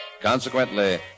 Consequently